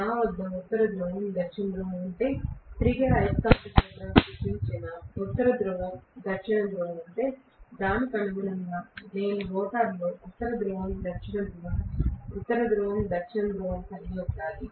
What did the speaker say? నా వద్ద ఉత్తర ధ్రువం దక్షిణ ధ్రువం ఉంటే తిరిగే అయస్కాంత క్షేత్రం సృష్టించిన ఉత్తర ధ్రువం దక్షిణ ధ్రువం ఉంటే దానికి అనుగుణంగా నేను రోటర్లో ఉత్తర ధృవం దక్షిణ ధ్రువం ఉత్తర ధ్రువం దక్షిణ ధృవం కలిగి ఉండాలి